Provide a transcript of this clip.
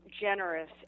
Generous